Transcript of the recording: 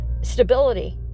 stability